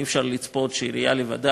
אי-אפשר לצפות שהעירייה לבדה,